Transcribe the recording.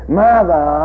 mother